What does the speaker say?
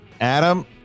Adam